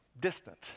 distant